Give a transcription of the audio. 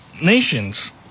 nations